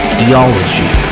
Theology